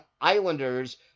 Islanders